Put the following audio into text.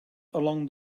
along